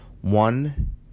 One